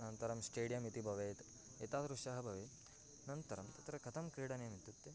अनन्तरं स्टेडियम् इति भवेत् एतादृशः भवेत् अनन्तरं तत्र कथं क्रीडनीयमित्युक्ते